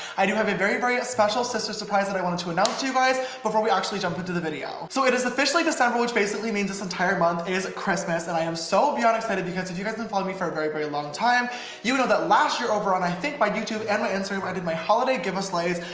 i do have a very very special sister surprise that i wanted to announce to you guys before we actually jump into the video so it is officially december which basically means this entire month is christmas and i am so beyond excited because if you guys have been following me for a very very long time you'd know that last year over on, i think my youtube and my and so instagram i did my holiday giveaslays,